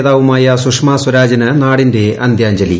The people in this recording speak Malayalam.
നേതാവുമായ സുഷമാ സ്വരാജിന് നാടിന്റെ അന്ത്യാഞ്ജലി